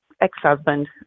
ex-husband